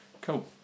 cool